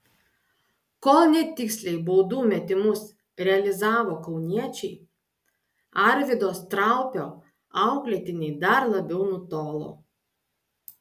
kol netiksliai baudų metimus realizavo kauniečiai arvydo straupio auklėtiniai dar labiau nutolo